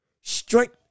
strength